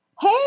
Hey